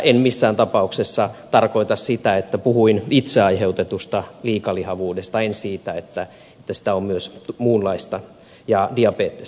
en missään tapauksessa tarkoita sitä kun puhuin itse aiheutetusta liikalihavuudesta että sitä ei olisi myös muunlaista ja diabetestäkin